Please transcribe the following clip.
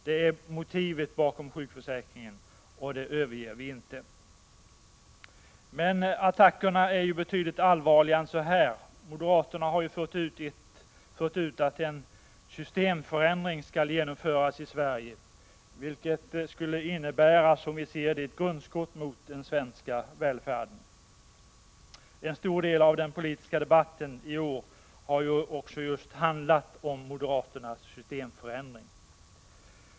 Det är motivet bakom sjukförsäkringen, och det överger vi inte. Men attackerna är betydligt allvarligare än så här. Moderaterna har fört ut att en systemförändring skall genomföras i Sverige, vilket som vi ser det skulle innebära ett grundskott mot den svenska välfärden. En stor del av den politiska debatten i år har också just handlat om moderaternas systemförändring.